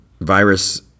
virus